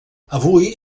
avui